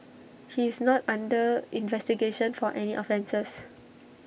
he is not under investigation for any offences